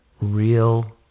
real